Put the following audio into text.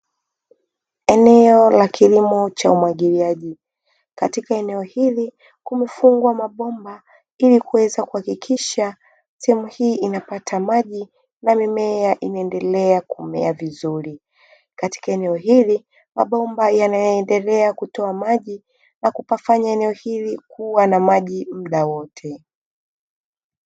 Eneo la kilimo cha umwagiliaji, katika eneo hili kumefungwa mabomba ilikuweza kuhakikisha sehemu hii inapata maji na mimea inaendelea kumea vizuri, katika eneo hili mabomba yanaendelea kutoa maji na kupafanya eneo hili kuwa na maji mda wote.